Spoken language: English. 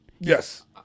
Yes